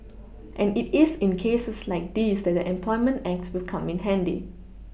and it is in cases like these that the employment act will come in handy